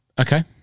Okay